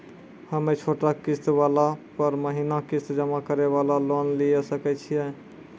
हम्मय छोटा किस्त वाला पर महीना किस्त जमा करे वाला लोन लिये सकय छियै?